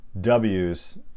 W's